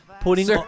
putting